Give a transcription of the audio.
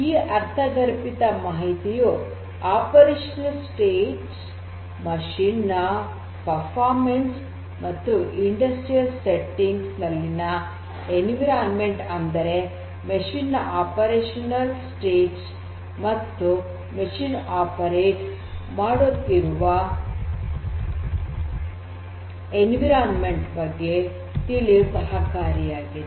ಈ ಅರ್ಥಗರ್ಭಿತ ಮಾಹಿತಿಯು ಕಾರ್ಯಾಚರಣೆಯ ಸ್ಥಿತಿಗಳು ಯಂತ್ರದ ಕಾರ್ಯಕ್ಷಮತೆ ಮತ್ತು ಕೈಗಾರಿಕಾ ಸೆಟ್ಟಿಂಗ್ ನಲ್ಲಿನ ಪರಿಸರ ಅಂದರೆ ಕೈಗಾರಿಕಾ ಕಾರ್ಯಾಚರಣೆಯ ಸ್ಥಿತಿಗಳು ಮತ್ತು ಯಂತ್ರ ಕಾರ್ಯನಿರ್ವಹಿಸುತ್ತಿರುವ ಪರಿಸರದ ಬಗ್ಗೆ ತಿಳಿಯಲು ಸಹಾಯಕಾರಿಯಾಗಿದೆ